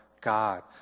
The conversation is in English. God